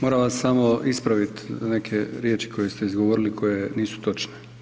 Moram vas samo ispraviti, neke riječi koje ste izgovoriti koje nisu točne.